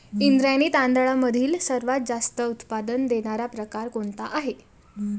इंद्रायणी तांदळामधील सर्वात जास्त उत्पादन देणारा प्रकार कोणता आहे?